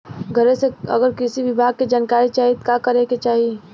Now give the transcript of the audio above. घरे से अगर कृषि विभाग के जानकारी चाहीत का करे के चाही?